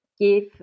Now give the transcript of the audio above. Give